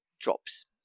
drops